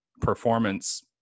performance